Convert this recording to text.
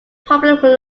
popular